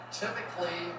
typically